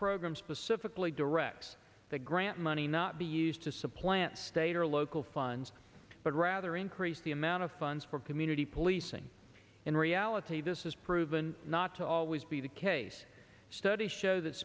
program specifically directs the grant money not be used to supplant state or local funds but rather increase the amount of funds for community policing in reality this is proven not to always be the case studies show that